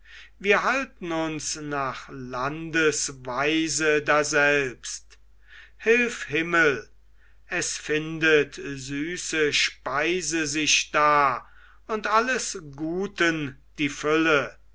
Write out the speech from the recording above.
wir halten uns nach landes weise daselbst hilf himmel es findet süße speise sich da und alles guten die fülle